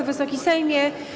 Wysoki Sejmie!